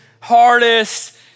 hardest